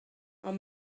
ond